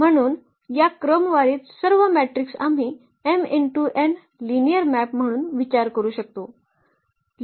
म्हणून या क्रमवारीत सर्व मेट्रिक्स आम्ही m × n लिनिअर मॅप म्हणून विचार करू शकतो